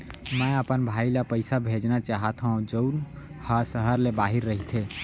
मै अपन भाई ला पइसा भेजना चाहत हव जऊन हा सहर ले बाहिर रहीथे